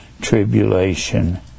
tribulation